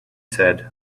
said